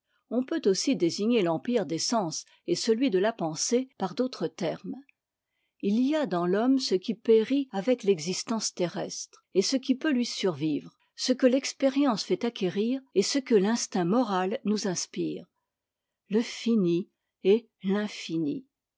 on peut aussi désigner l'empire des sens et celui de la pensée par d'autres termes il y a dans l'homme ce qui périt avec l'existence terrestre et ce qui peut lui survivre ce que l'expérience fait acquérir et ce que l'instinct moral nous inspire le fini et l'infini